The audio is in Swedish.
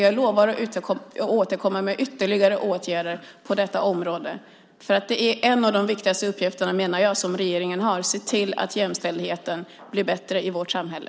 Jag lovar att återkomma med ytterligare åtgärder på detta område. Jag menar att det är en av de viktigaste uppgifter som regeringen har: att se till att jämställdheten blir bättre i vårt samhälle.